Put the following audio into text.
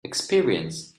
experience